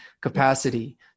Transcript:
capacity